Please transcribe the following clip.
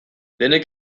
denek